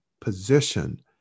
position